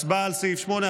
הצבעה על סעיף 8,